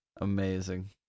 Amazing